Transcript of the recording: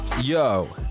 Yo